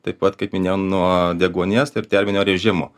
taip pat kaip minėjau nuo deguonies ir terminio režimo